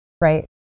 Right